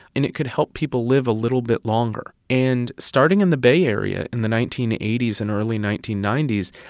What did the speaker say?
and it could help people live a little bit longer and starting in the bay area in the nineteen eighty s and early nineteen ninety s,